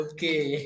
Okay